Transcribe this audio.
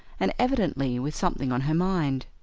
and evidently with something on her mind.